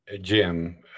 Jim